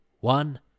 one